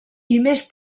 més